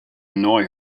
annoy